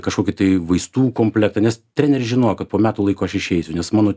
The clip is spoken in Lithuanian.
kažkokį tai vaistų komplektą nes treneris žinojo kad po metų laiko aš išeisiu nes mano